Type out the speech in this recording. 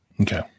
Okay